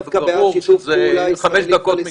ברור שאם זה חמש דקות מכפר סבא.